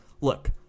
look